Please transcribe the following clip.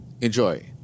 Enjoy